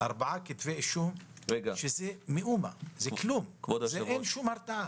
זה מאומה, זה כלום, אין שום הרתעה.